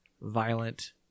violent